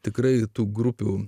tikrai tų grupių